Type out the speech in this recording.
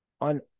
on